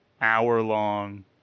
hour-long